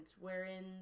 wherein